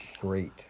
great